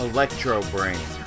Electro-Brain